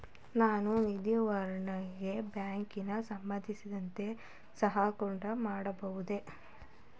ನಾನು ನಿಧಿ ವರ್ಗಾವಣೆಯನ್ನು ಬ್ಯಾಂಕಿನ ಸಿಬ್ಬಂದಿಯ ಸಹಾಯದೊಡನೆ ಮಾಡಬಹುದೇ?